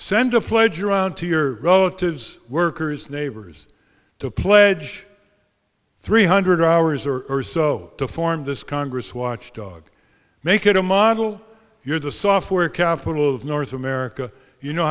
send a pledge around to your relatives workers neighbors to pledge three hundred hours or so to form this congress watchdog make it a model year the software capital of north america you know